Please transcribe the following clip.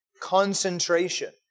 concentration